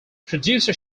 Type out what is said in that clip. producer